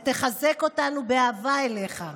ותחזק התקשרותנו באהבה אליך,